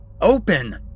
Open